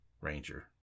Ranger